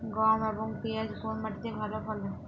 গম এবং পিয়াজ কোন মাটি তে ভালো ফলে?